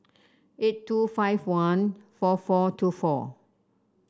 eight two five one four four two four